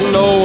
no